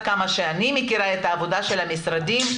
עד כמה שאני מכירה את העבודה של המשרדים,